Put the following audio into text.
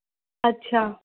अछा